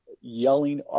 yelling